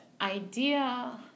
idea